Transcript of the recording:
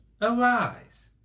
arise